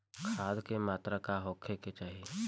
खाध के मात्रा का होखे के चाही?